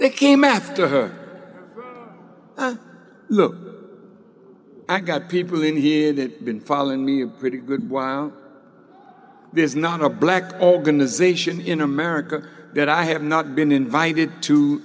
they came after her look i got people in here that been following me pretty good there's not a black organization in america that i have not been invited to